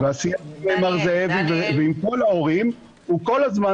והשיח עם מר זאבי ועם כל ההורים הוא כל הזמן